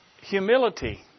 humility